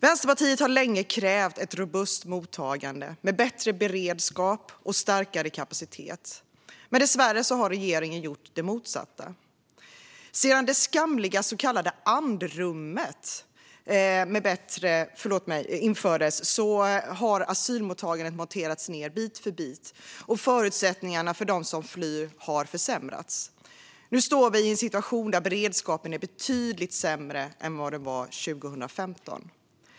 Vänsterpartiet har länge krävt ett robust mottagande med bättre beredskap och starkare kapacitet. Dessvärre har regeringen gjort det motsatta. Sedan det skamliga så kallade andrummet infördes har asylmottagandet monterats ned bit för bit, och förutsättningarna för dem som flyr har försämrats. Nu står vi i en situation där beredskapen är betydligt sämre än vad den var 2015.